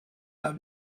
have